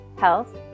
health